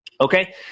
Okay